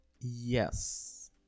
yes